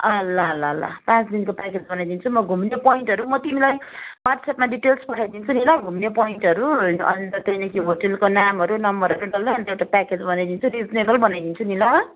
अँ ल ल ल पाँच दिनको प्याकेज बनाइदिन्छु म घुम्ने पोइन्टहरू म तिमीलाई वाट्सएपमा डिटेल्स पठाइदिन्छु नि ल घुम्ने पोइन्टहरू अन्त त्यहाँदेखि होटलको नामहरू नम्बरहरू डल्लै अन्त एउटा प्याकेज बनाइदिन्छ रिजनेबल बनाइदिन्छु नि ल